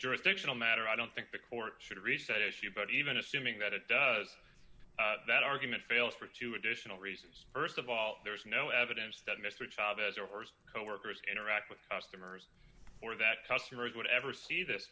jurisdictional matter i don't think the court should reach that issue but even assuming that it does that argument fails for two additional reasons st of all there's no evidence that mr chavez or coworkers interact with customers or that customers would ever see this